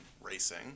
racing